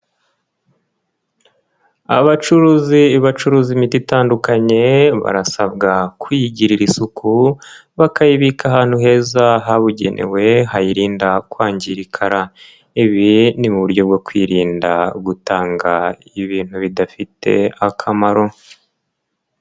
Abacuruzi bacuruza imiti itandukanye, barasabwa kuyigirira isuku, bakayibika ahantu heza habugenewe hayirinda kwangirika. Ibi ni mu buryo bwo kwirinda gutanga ibintu bidafite akamaro.